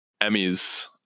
Emmys